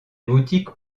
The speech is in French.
boutiques